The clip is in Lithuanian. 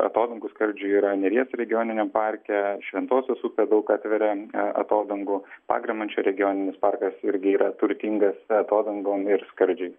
atodangų skardžių yra neries regionininiam parke šventosios upė daug atveria atodangų pagramančio regioninis parkas irgi yra turtingas atodangom ir skardžiai